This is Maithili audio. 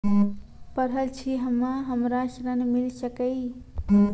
पढल छी हम्मे हमरा ऋण मिल सकई?